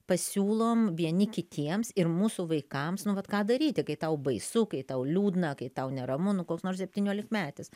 pasiūlom vieni kitiems ir mūsų vaikams nu vat ką daryti kai tau baisu kai tau liūdna kai tau neramu nu koks nors septyniolikmetis